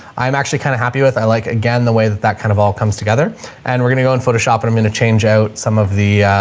i am actually kind of happy with, i like again the way that that kind of all comes together and we're going to go on photoshop and i'm going to change out some of the